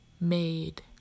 made